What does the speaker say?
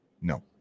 No